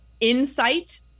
Insight